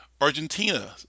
argentina